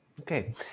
Okay